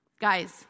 Guys